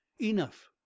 Enough